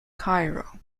cairo